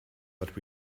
but